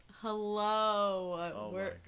Hello